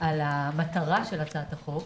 על המטרה החשובה,